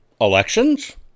elections